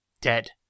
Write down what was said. Dead